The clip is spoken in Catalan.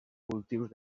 cultius